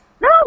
No